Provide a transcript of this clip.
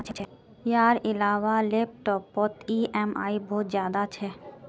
यार इलाबा लैपटॉप पोत ई ऍम आई बहुत ज्यादा छे